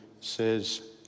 says